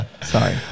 sorry